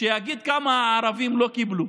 שיגיד כמה הערבים לא קיבלו,